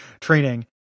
training